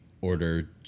order